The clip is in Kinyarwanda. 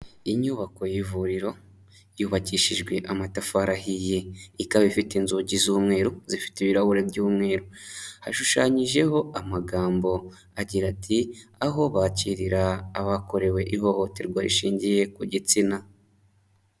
Inyubako y'ivuriro yubakishijwe amatafari ahiye, ikaba ifite inzugi z'umweru zifite ibirahure by'umweru, hashushanyijeho amagambo agira ati: aho bakirira abakorewe ihohoterwa rishingiye ku gitsina.